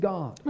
God